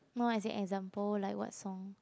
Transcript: no as in example like what song